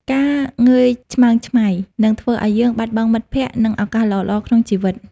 ការងើយឆ្មើងឆ្មៃ នឹងធ្វើឱ្យយើងបាត់បង់មិត្តភក្តិ និងឱកាសល្អៗក្នុងជីវិត។